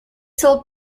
sold